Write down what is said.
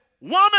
woman